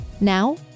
Now